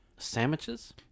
Sandwiches